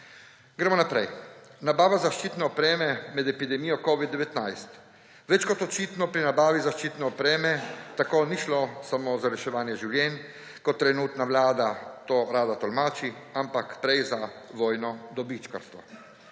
Gremo naprej. Nabava zaščitne opreme med epidemijo covida-19. Več kot očitno pri nabavi zaščitne opreme tako ni šlo samo za reševanje življenj, kot trenutna vlada to rada tolmači, ampak prej za vojno dobičkarstvo.